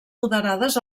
moderades